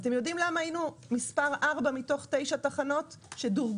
אתם יודעים למה היינו מספר ארבע מתוך תשע תחנות שדורגו?